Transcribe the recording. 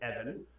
Evan